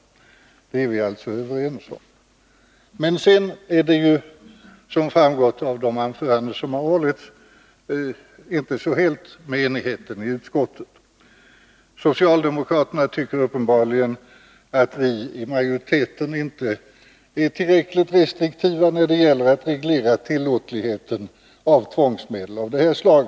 Detta är vi som sagt överens om. Men sedan är det, som framgått av de anföranden som hållits här, inte så helt med enigheten i utskottet. Socialdemokraterna tycker uppenbarligen att utskottsmajoriteten inte är tillräckligt restriktiv när det gäller att reglera tillåtligheten av tvångsmedel av detta slag.